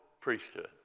priesthood